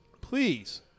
please